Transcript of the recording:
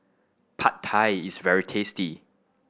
Pad Thai is very tasty